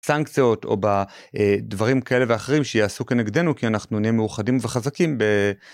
סנקציות או בדברים כאלה ואחרים שיעשו כנגדנו כי אנחנו נהיים מאוחדים וחזקים.